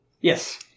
Yes